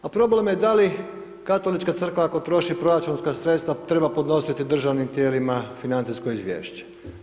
Pa problem je da li Katolička crkva ako troši proračunska sredstva treba podnositi državnim tijelima financijsko izvješće.